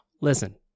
Listen